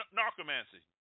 narcomancy